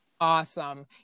Awesome